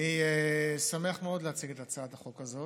אני שמח מאוד להציג את הצעת החוק הזאת.